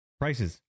prices